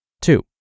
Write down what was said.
Two